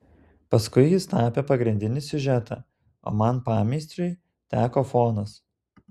paskui jis tapė pagrindinį siužetą o man pameistriui teko fonas